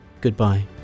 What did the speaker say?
goodbye